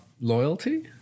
loyalty